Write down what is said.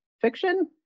fiction